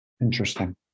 Interesting